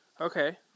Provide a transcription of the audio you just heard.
Okay